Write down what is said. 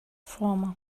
former